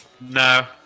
No